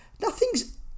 nothing's